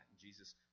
Jesus